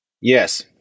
Yes